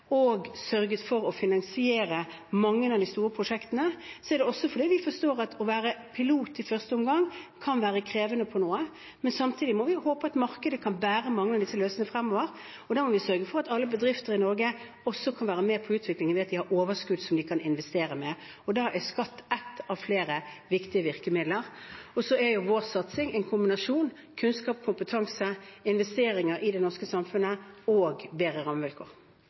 og sørget for å finansiere mange av de store prosjektene, er det også fordi vi forstår at det å være pilot i første omgang kan være krevende for noen, men samtidig må vi håpe at markedet kan bære mange av disse løsningene fremover. Da må vi sørge for at alle bedrifter i Norge også kan være med på utviklingen ved at de har overskudd som de kan investere med. Da er skatt ett av flere viktige virkemidler. Vår satsing er en kombinasjon av kunnskap, kompetanse, investeringer i det norske samfunnet og bedre rammevilkår.